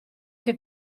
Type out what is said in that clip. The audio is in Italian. che